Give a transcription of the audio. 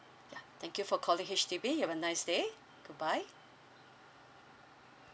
ya thank you for calling H_D_B you have a nice day good bye